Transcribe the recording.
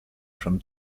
from